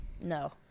no